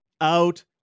out